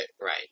right